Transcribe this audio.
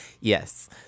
Yes